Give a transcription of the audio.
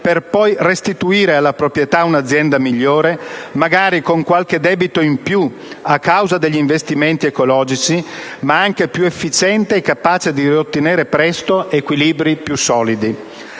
per poi restituire alla proprietà un'azienda migliore, magari con qualche debito in più a causa degli investimenti ecologici, ma anche più efficiente e capace di riottenere presto equilibri più solidi.